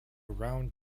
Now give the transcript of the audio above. round